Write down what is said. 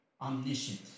omniscient